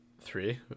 Three